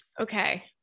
Okay